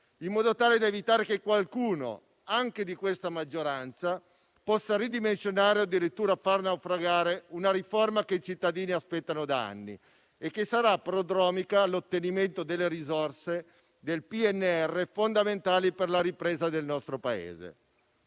in modo tale da evitare che qualcuno, anche di questa maggioranza, possa ridimensionare o addirittura far naufragare una riforma che i cittadini aspettano da anni e che sarà prodromica all'ottenimento delle risorse del PNRR, fondamentali per la ripresa del nostro Paese.